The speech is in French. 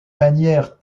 manières